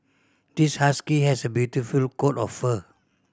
this husky has a beautiful coat of fur